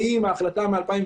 האם ההחלטה מ-2017,